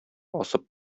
асып